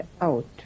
out